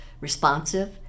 responsive